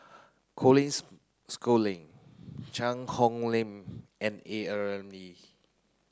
Colin Schooling Cheang Hong Lim and A Ramli